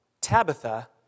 Tabitha